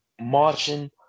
marching